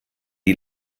die